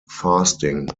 fasting